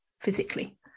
physically